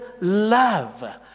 love